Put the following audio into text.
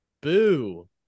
Boo